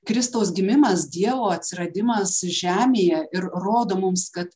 kristaus gimimas dievo atsiradimas žemėje ir rodo mums kad